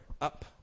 up